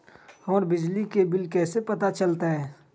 हमर बिजली के बिल कैसे पता चलतै?